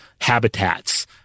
habitats